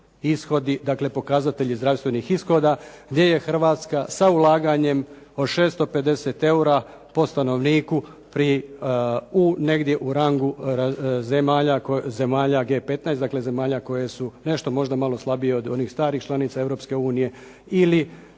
ishodi, dakle pokazatelji zdravstvenih ishoda gdje je Hrvatska sa ulaganjem od 650 eura po stanovniku negdje u rangu zemalja G15, dakle zemalja koje su nešto možda malo slabije od onih starih članica